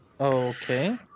Okay